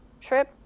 trip